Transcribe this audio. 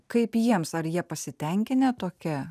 kaip jiems ar jie pasitenkinę tokia